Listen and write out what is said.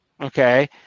Okay